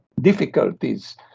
difficulties